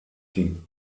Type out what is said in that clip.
die